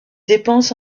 dépenses